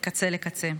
מקצה לקצה.